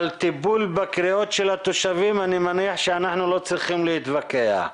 על טיפול בקריאות של התושבים אני מניח שאנחנו לא צריכים להתווכח.